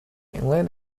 england